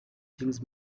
things